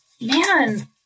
Man